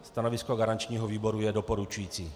Stanovisko garančního výboru je doporučující.